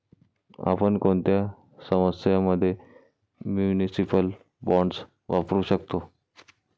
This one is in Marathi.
आपण कोणत्या समस्यां मध्ये म्युनिसिपल बॉण्ड्स वापरू शकतो?